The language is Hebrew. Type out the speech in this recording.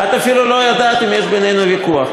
את אפילו לא יודעת אם יש בינינו ויכוח,